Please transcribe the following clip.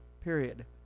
period